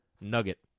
nugget